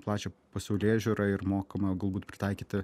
plačią pasaulėžiūrą ir mokame galbūt pritaikyti